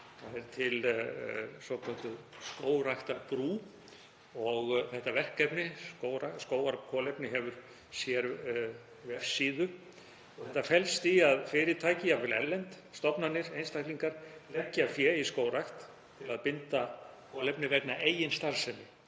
Það er til svokölluð skógræktarbrú og þetta verkefni, Skógarkolefni, hefur sérvefsíðu. Það felst í að fyrirtæki, jafnvel erlend, stofnanir, einstaklingar, leggja fé í skógrækt til að binda kolefni vegna eigin starfsemi.